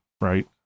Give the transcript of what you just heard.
right